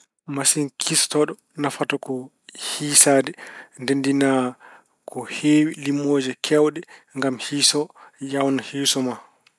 Masiŋ kiisotooɗo nafata ko hiisaade. Ndenndina ko heewi, limooje keewɗe ngam hiiso, yawna hiiso ma.